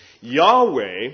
Yahweh